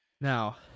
Now